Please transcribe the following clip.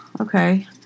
Okay